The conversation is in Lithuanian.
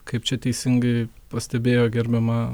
kaip čia teisingai pastebėjo gerbiama